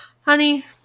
Honey